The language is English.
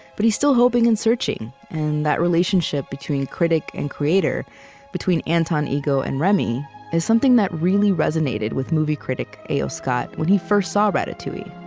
but he's still hoping and searching. and that relationship between critic and creator between anton ego and remy is something that really resonated with movie critic a o. scott when he first saw ratatouille,